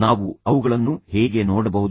ನಾವು ಅವುಗಳನ್ನು ಹೇಗೆ ನೋಡಬಹುದು